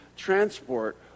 transport